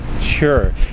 Sure